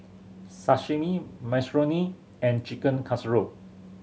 Sashimi Minestrone and Chicken Casserole